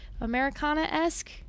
Americana-esque